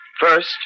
First